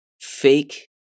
fake